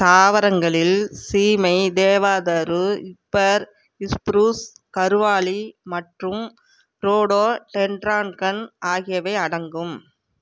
தாவரங்களில் சீமைத் தேவதாரு ஃபர் ஸ்ப்ரூஸ் கருவாலி மற்றும் ரோடோ டென்ட்ரான்கன் ஆகியவை அடங்கும்